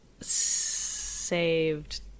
saved